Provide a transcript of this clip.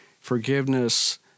Forgiveness